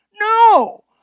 No